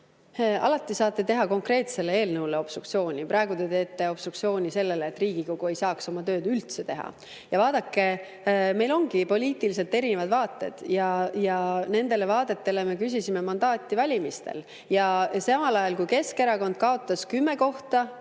Alati saate teha konkreetse eelnõu suhtes obstruktsiooni. Praegu te teete obstruktsiooni selleks, et Riigikogu ei saaks oma tööd üldse teha. Vaadake, meil ongi poliitiliselt erinevad vaated ja nendele vaadetele me küsisime mandaati valimistel. Samal ajal kui Keskerakond kaotas kümme kohta